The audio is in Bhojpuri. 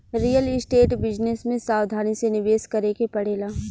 रियल स्टेट बिजनेस में सावधानी से निवेश करे के पड़ेला